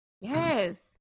Yes